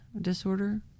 disorder